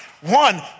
One